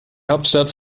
hauptstadt